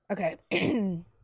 okay